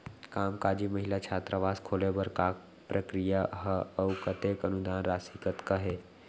कामकाजी महिला छात्रावास खोले बर का प्रक्रिया ह अऊ कतेक अनुदान राशि कतका हे?